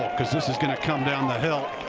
this is going to come down the hill.